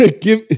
give